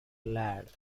lad